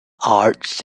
arts